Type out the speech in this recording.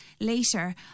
later